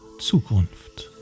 Zukunft